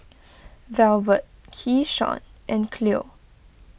Velvet Keyshawn and Cleo